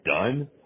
done